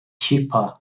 cheaper